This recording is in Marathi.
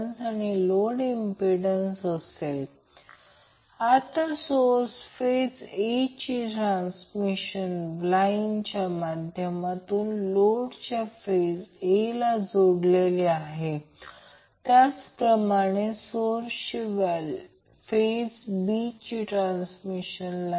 जर तो a b c सिक्वेन्स असेल जेथे a b c आणि a c b सिक्वेन्स म्हणजे a c b आहे येथे ते दाखविले आहे मग ते घड्याळाच्या विरुद्ध दिशेने रोटर फिरवत आहे